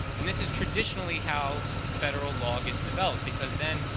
and this is traditionally how federal law gets developed because then,